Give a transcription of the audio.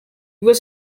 was